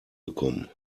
bekommen